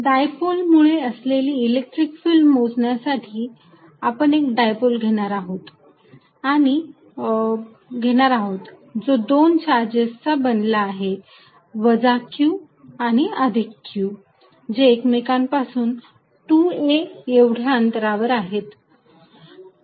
dipole मुळे असलेली electric field मोजण्यासाठी आपण एक डायपोल घेणार आहोत जो दोन चार्जेसचा बनला आहे q आणि q जे एकमेकांपासून 2a एवढ्या अंतरावर आहेत